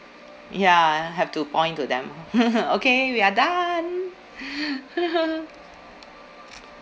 ya have to point to them okay we are done